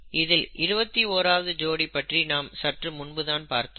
இதில் 21 ஆவது ஜோடி பற்றி நாம் சற்று முன்புதான் பார்த்தோம்